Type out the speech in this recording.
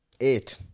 Eight